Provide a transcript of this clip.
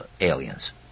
aliens